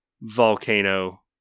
Volcano